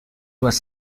was